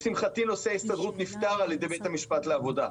לשמחתי נושא ההסתדרות נפתר על ידי בית המשפט לעבודה.